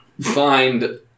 find